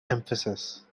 emphasis